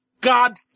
God